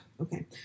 Okay